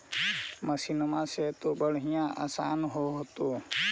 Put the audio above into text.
मसिनमा से तो बढ़िया आसन हो होतो?